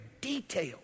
detail